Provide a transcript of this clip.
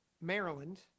Maryland